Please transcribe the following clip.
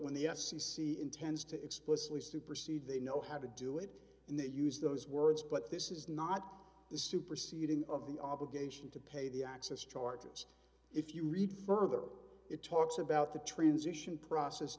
when the f c c intends to explicitly supersede they know how to do it and they use those words but this is not the superseding of the obligation to pay the access charges if you read further it talks about the transition process